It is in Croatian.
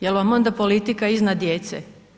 Jel vam onda politika iznad djece?